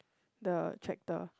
the tractor